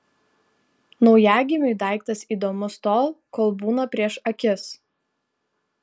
naujagimiui daiktas įdomus tol kol būna prieš akis